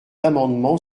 amendement